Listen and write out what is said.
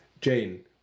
Jane